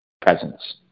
Presence